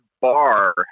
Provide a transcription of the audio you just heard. bar